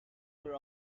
were